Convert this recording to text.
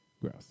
Gross